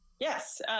Yes